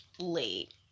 late